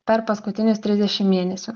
per paskutinius trisdešim mėnesių